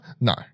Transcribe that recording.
No